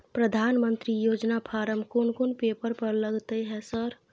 प्रधानमंत्री योजना फारम कोन कोन पेपर लगतै है सर?